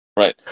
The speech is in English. Right